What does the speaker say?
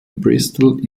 bristol